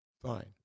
fine